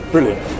Brilliant